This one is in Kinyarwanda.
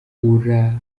uragaruka